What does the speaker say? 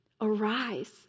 Arise